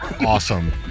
awesome